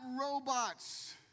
robots